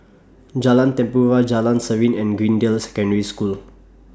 Jalan Tempua Jalan Serene and Greendale Secondary School